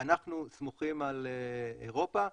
אנחנו סמוכים על אירופה,